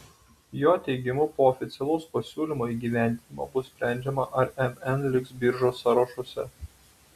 jo teigimu po oficialaus pasiūlymo įgyvendinimo bus sprendžiama ar mn liks biržos sąrašuose